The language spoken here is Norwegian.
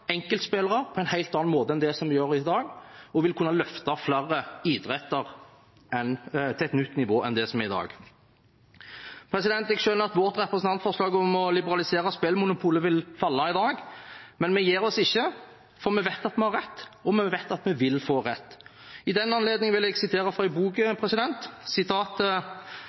på en helt annen måte enn det som gjøres i dag. Det vil kunne løfte flere idretter til et nytt nivå fra det som er i dag. Jeg skjønner at vårt representantforslag om å liberalisere spillmonopolet vil falle i dag. Men vi gir oss ikke, for vi vet at vi har rett, og vi vet at vi vil få rett. I den anledning vil jeg sitere fra en bok: